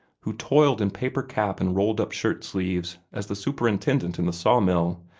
who toiled in paper cap and rolled-up shirt-sleeves as the superintendent in the saw-mill,